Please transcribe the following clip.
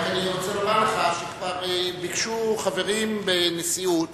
אני רוצה לומר לך שכבר ביקשו חברים בנשיאות